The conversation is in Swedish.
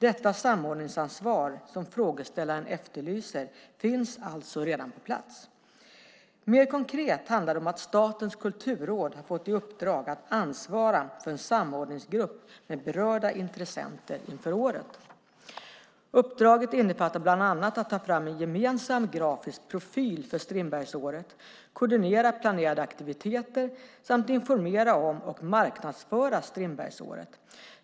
Det samordningsansvar som frågeställaren efterlyser finns alltså redan på plats. Mer konkret handlar det om att Statens kulturråd har fått i uppdrag att ansvara för en samordningsgrupp med berörda intressenter inför året. Uppdraget innefattar bland annat att ta fram en gemensam grafisk profil för Strindbergsåret, koordinera planerade aktiviteter samt informera om och marknadsföra Strindbergsåret.